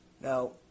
Now